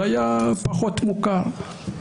זה היה לפחות מוכר.